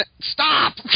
stop